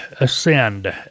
Ascend